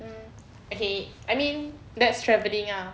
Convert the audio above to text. mm okay I mean that's travelling ah